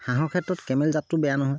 হাঁহৰ ক্ষেত্ৰত কেমেল জাতটো বেয়া নহয়